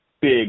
big